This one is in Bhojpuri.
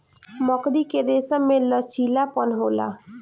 मकड़ी के रेसम में लचीलापन होला